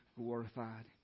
glorified